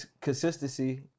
consistency